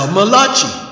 Malachi